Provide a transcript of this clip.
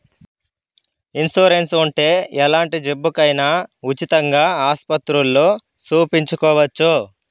insurance ఉంటే ఎలాంటి జబ్బుకైనా ఉచితంగా ఆస్పత్రుల్లో సూపించుకోవచ్చు